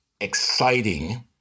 exciting